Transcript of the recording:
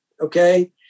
okay